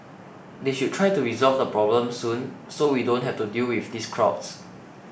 they should try to resolve the problem soon so we don't have to deal with these crowds